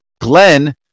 Glenn